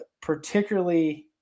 particularly